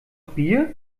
bier